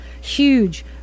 huge